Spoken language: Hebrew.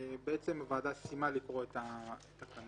הוועדה סיימה לקרוא את התקנות.